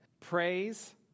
Praise